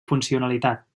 funcionalitat